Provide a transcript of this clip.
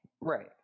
Right